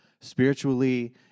Spiritually